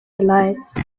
delights